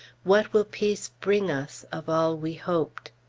what will peace bring us of all we hoped?